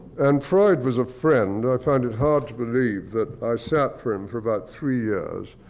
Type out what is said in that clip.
and freud was a friend. i find it hard to believe that i sat for him for about three years.